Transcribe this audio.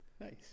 Nice